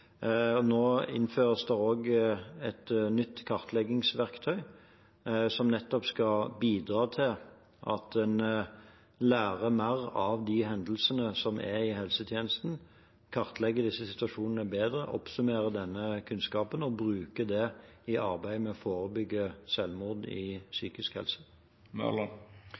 Nå innføres det et nytt kartleggingsverktøy som skal bidra til at en lærer mer av de hendelsene som er i helsetjenesten, kartlegger disse situasjonene bedre, oppsummerer denne kunnskapen og bruker det i arbeidet med å forebygge selvmord i psykisk helse.